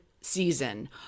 season